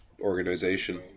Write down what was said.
organization